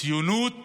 ציונות